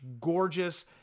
gorgeous